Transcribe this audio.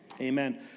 amen